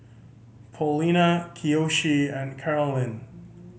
Paulina Kiyoshi and Karolyn